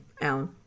Alan